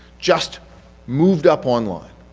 just moved up online?